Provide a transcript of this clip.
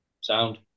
sound